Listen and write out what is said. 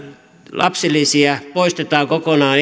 lapsilisiä poistetaan kokonaan